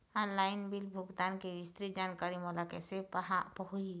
Online bill भुगतान के विस्तृत जानकारी मोला कैसे पाहां होही?